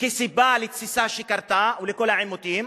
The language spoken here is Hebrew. כסיבות לתסיסה שקרתה ולכל העימותים.